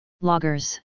loggers